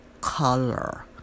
color